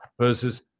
versus